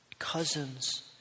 cousins